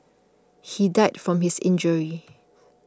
he died from his injuries